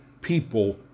people